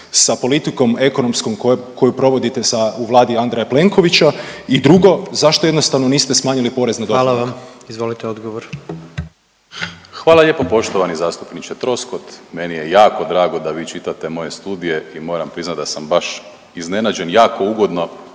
sa politikom ekonomskom koju provodite sa, u Vladi Andreja Plenkovića i drugo, zašto jednostavno niste smanjili porez na dohodak? **Jandroković, Gordan (HDZ)** Hvala vam. Izvolite odgovor. **Primorac, Marko** Hvala lijepo poštovani zastupniče Troskot. Meni je jako drago da vi čitate moje studije i moram priznat da sam baš iznenađen jako ugodno